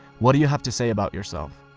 what do you have to say about yourself?